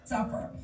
Suffer